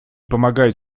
помогают